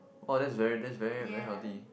oh that's very that's very very healthy